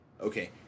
Okay